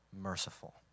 merciful